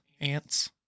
ants